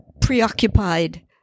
preoccupied